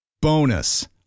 Bonus